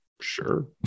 sure